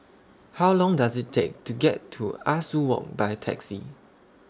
How Long Does IT Take to get to Ah Soo Walk By Taxi